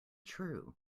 true